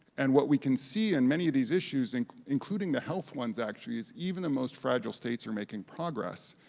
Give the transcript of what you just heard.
and what we can see in many of these issues and including the health ones, actually, is even the most fragile states are making progress.